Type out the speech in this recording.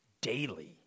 daily